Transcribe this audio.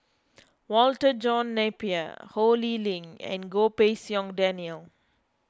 Walter John Napier Ho Lee Ling and Goh Pei Siong Daniel